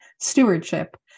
stewardship